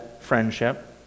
friendship